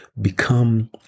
become